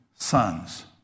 sons